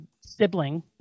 sibling